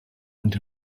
and